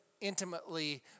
intimately